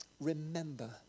remember